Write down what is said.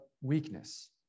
weakness